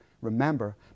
remember